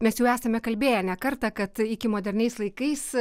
mes jau esame kalbėję ne kartą kad iki moderniais laikais